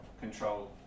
control